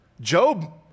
Job